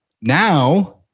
Now